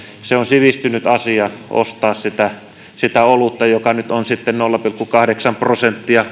se on sivistynyt asia ostaa sitä sitä olutta joka nyt voi olla sitten nolla pilkku kahdeksan prosenttia